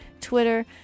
Twitter